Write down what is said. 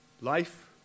life